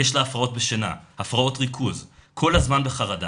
יש לה הפרעות בשינה, הפרעות ריכוז, כל הזמן בחרדה.